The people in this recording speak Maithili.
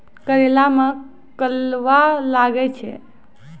करेला मैं गलवा लागे छ?